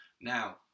Now